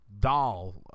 doll